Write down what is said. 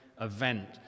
event